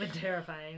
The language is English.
terrifying